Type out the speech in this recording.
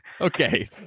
Okay